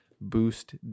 boost